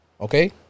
Okay